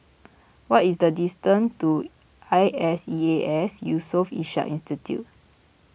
what is the distance to I S E A S Yusof Ishak Institute